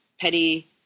petty